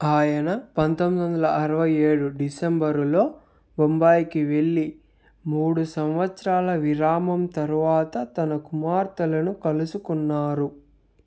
ఆయన పంతొమ్మిది వందల అరవై ఏడు డిసెంబరులో బొంబాయికి వెళ్ళి మూడు సంవత్సరాల విరామం తరువాత తన కుమార్తెలను కలుసుకున్నారు